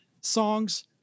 songs